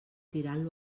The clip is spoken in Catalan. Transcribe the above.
tirant